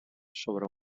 sobre